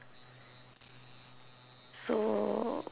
so